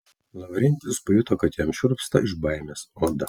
lavrentijus pajuto kad jam šiurpsta iš baimės oda